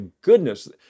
goodness